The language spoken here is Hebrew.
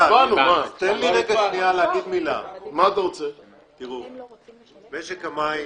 משק המים